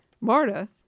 Marta